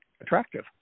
attractive